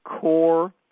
Core